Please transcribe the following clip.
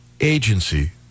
agency